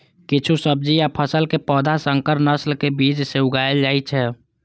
किछु सब्जी आ फसल के पौधा संकर नस्ल के बीज सं उगाएल जाइ छै